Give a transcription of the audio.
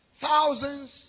Thousands